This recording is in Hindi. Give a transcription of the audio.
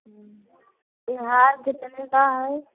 ये हार कितने का है